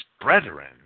brethren